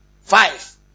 Five